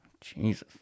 Jesus